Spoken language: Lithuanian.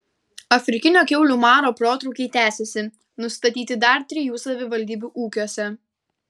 afrikinio kiaulių maro protrūkiai tęsiasi nustatyti dar trijų savivaldybių ūkiuose